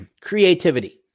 creativity